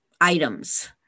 items